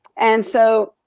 and so